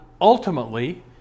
ultimately